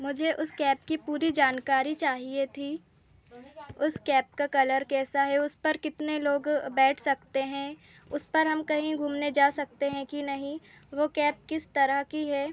मुझे उस कैब की पूरी जानकारी चाहिए थी उस कैब का कलर कैसा है उस पर कितने लोग बैठ सकते हैं उस पर हम कहीं घूमने जा सकते हैं कि नहीं वो कैब किस तरह की है